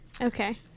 Okay